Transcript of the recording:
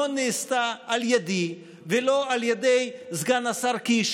נעשתה על ידי ולא על ידי סגן השר קיש,